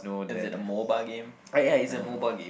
is it a mobile game